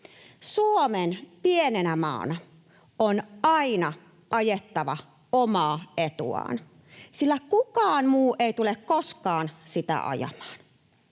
Suomen, pienenä maana, on aina ajettava omaa etuaan, sillä kukaan muu ei tule koskaan sitä ajamaan.